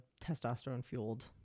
testosterone-fueled